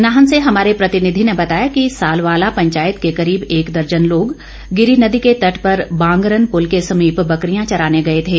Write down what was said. नाहन से हमारे प्रतिनिधि ने बताया कि साल वाला पंचायत के करीब एक दर्जन लोग गिरि नदी के तट पर बांगरन पुल के समीप बकरियां चराने गए थे